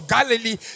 Galilee